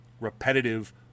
repetitive